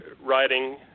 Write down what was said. writing